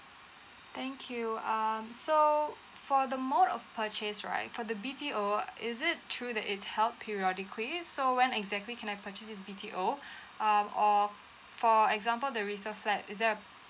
thank you um so for the most of purchase right for the B_T_O is it true that it held periodically so when exactly can I purchase this B_T_O um or for example the resale flat is there a